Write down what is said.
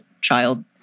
child